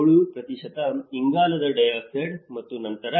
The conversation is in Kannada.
7 ಇಂಗಾಲದ ಡೈಆಕ್ಸೈಡ್ ಮತ್ತು ನಂತರ